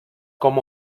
com